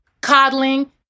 coddling